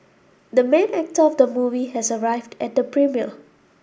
the main actor of the movie has arrived at the premiere